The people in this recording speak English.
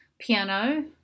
piano